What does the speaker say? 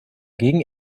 gegen